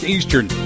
Eastern